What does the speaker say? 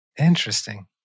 Interesting